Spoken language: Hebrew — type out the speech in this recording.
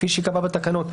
כפי שייקבע בתקנות,